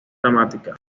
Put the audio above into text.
dramática